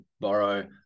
borrow